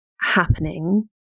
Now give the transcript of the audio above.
happening